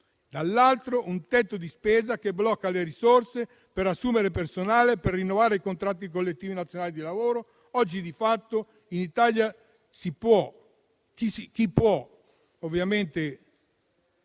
dall'altro, vi è un tetto di spesa che blocca le risorse per assumere personale e per rinnovare i contratti collettivi nazionali di lavoro. Oggi, di fatto, in Italia chi può, perché